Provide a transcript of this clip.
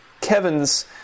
Kevin's